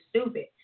stupid